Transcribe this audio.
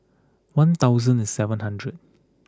one thousand and seven hundred